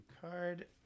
card